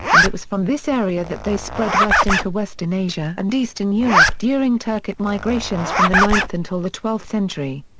and it was from this area that they spread west into western asia and eastern europe during turkic migrations from the ninth until the twelfth century.